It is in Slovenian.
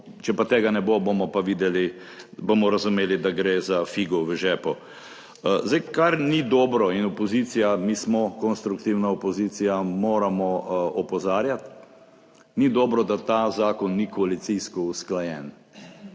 pa videli, bomo razumeli, da gre za figo v žepu. Zdaj kar ni dobro in opozicija, mi smo konstruktivna opozicija, moramo opozarjati, ni dobro, da ta zakon ni koalicijsko usklajen,